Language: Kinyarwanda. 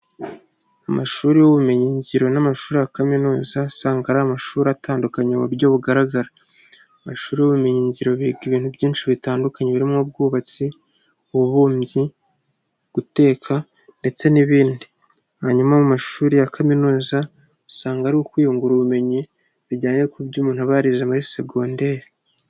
Amashuri y'ubumenyingiro n'amashuri ya kaminuza usanga ari amashuri atandukanye mu buryo bugaragara, amashuri y'ubumenyingiro biga ibintu byinshi bitandukanye birimo ubwubatsi, ububumbyi, guteka ndetse n'ibindi, hanyuma mu mashuri ya kaminuza usanga ari ukwiyungura ubumenyi bijyanye ku byo umuntu aba yarize muri segonderi.